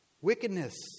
Wickedness